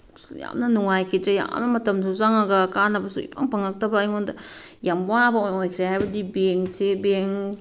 ꯌꯥꯝꯅ ꯅꯨꯉꯥꯏꯈꯤꯗ꯭ꯔꯦ ꯌꯥꯝꯅ ꯃꯇꯝꯁꯨ ꯆꯪꯉꯒ ꯀꯥꯅꯅꯕꯁꯨ ꯏꯐꯪ ꯐꯪꯉꯛꯇꯕ ꯑꯩꯉꯣꯟꯗ ꯌꯥꯝ ꯋꯥꯕ ꯑꯣꯏꯈ꯭ꯔꯦ ꯍꯥꯏꯕꯗꯤ ꯕꯦꯡꯁꯦ ꯕꯦꯡ